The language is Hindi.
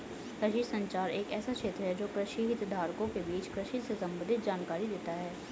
कृषि संचार एक ऐसा क्षेत्र है जो कृषि हितधारकों के बीच कृषि से संबंधित जानकारी देता है